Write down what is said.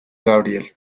gabriel